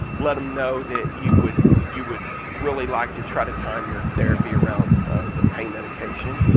let em know that you would you would really like to try to time your therapy around the pain medication.